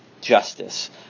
justice